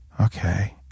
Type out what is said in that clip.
Okay